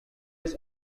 its